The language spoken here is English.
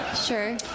Sure